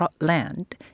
land